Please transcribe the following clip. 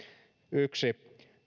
yksi